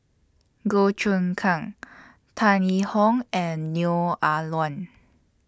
Goh Choon Kang Tan Yee Hong and Neo Ah Luan